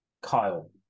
Kyle